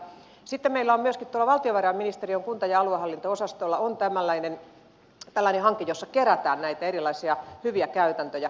sitten meillä on myöskin valtiovarainministeriön kunta ja aluehallinto osastolla tällainen hanke jossa kerätään näitä erilaisia hyviä käytäntöjä